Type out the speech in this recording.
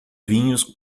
vinhos